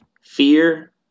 Fear